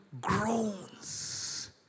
groans